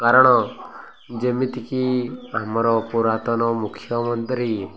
କାରଣ ଯେମିତିକି ଆମର ପୁରାତନ ମୁଖ୍ୟମନ୍ତ୍ରୀ